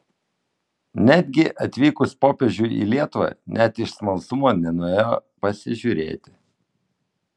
netgi atvykus popiežiui į lietuvą net iš smalsumo nenuėjo pasižiūrėti